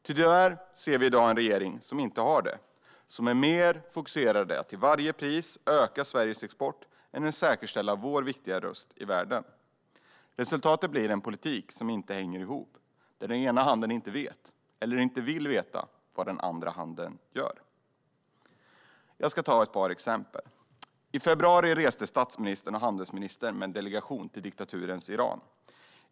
Tyvärr ser vi i dag en regering som inte har det. Den är mer fokuserad på att till varje pris öka Sveriges export än att säkerställa vår viktiga röst i världen. Resultatet blir en politik som inte hänger ihop och där den ena handen inte vet - eller vill veta - vad den andra handen gör. Jag ska ta ett par exempel. I februari reste statsministern och handelsministern med en delegation till diktaturens Iran.